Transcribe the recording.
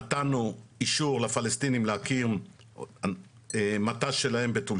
נתנו אישור לפלסטינים להקים מט"ש שלהם בטול